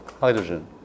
hydrogen